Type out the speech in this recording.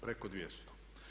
Preko 200.